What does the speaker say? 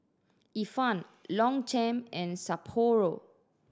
Ifan Longchamp and Sapporo